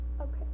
Okay